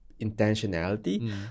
Intentionality